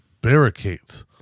barricades